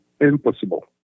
impossible